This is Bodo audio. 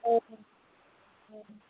औ औ